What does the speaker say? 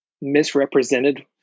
Misrepresented